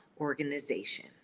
organization